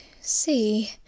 see